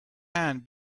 hand